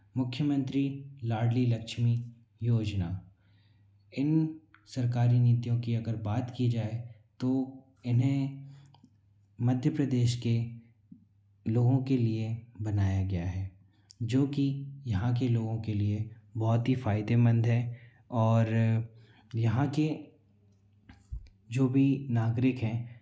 मुख्यमंत्री लाडली लक्ष्मी योजना इन सरकारी नीतियों की अगर बात की जाए तो इन्हें मध्य प्रदेश के लोगों के लिए बनाया गया है जो कि यहाँ के लोगों के लिए बहौत ही फ़ायदेमंद हैं और यहाँ के जो भी नागरिक हैं